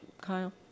Kyle